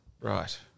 right